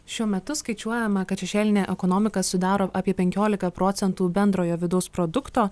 šiuo metu skaičiuojama kad šešėlinė ekonomika sudaro apie penkiolika procentų bendrojo vidaus produkto